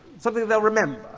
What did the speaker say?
something they'll remember.